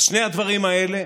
אז שני הדברים האלה,